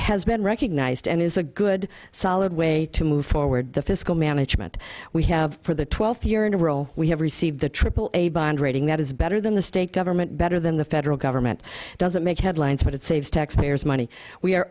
has been recognized and is a good solid way to move forward the fiscal management we have for the twelfth year in a role we have received the aaa bond rating that is better than the state government better than the federal government doesn't make headlines but it saves taxpayers money we are